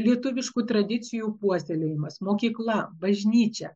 lietuviškų tradicijų puoselėjimas mokykla bažnyčia